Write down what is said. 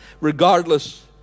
regardless